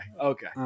okay